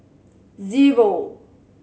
zero